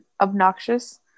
obnoxious